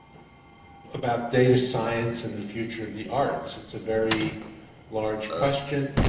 about data science and the future of the arts, it's a very large question.